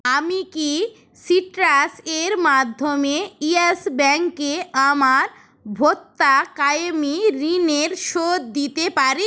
আমি কি সিট্রাস এর মাধ্যমে ইয়েস ব্যাংকে আমার ভোক্তা কায়েমি ঋণের শোধ দিতে পারি